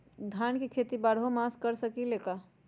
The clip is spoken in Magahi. धान के खेती बारहों मास कर सकीले का?